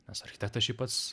nes architektas šiaip pats